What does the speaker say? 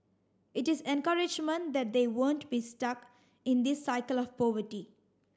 it is encouragement that they won't be stuck in this cycle of poverty